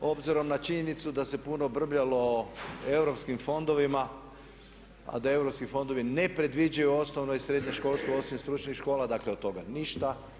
Obzirom na činjenicu da se puno brbljalo o europskim fondovima, a da europski fondovi ne predviđaju osnovno i srednje školstvo osim stručnih škola, dakle od toga ništa.